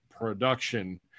Production